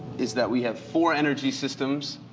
is that we have four energy systems